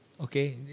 okay